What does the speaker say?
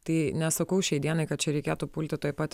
tai nesakau šiai dienai kad čia reikėtų pulti tuoj pat